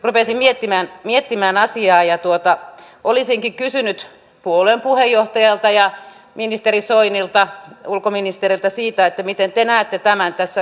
siksi rupesin miettimään asiaa ja olisinkin kysynyt puolueen puheenjohtajalta ministeri soinilta ulkoministeriltä siitä miten te näette tämän tässä kontekstissa